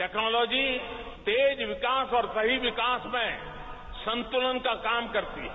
technology तेज विकास और सही विकास में संतुलन का काम करती है